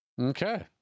Okay